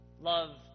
Love